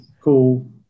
cool